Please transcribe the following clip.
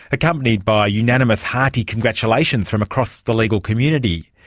accompanied by unanimous hearty congratulations from across the legal community.